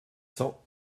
cent